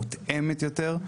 מותאמת יותר,